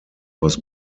was